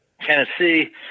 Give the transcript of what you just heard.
Tennessee